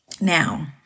Now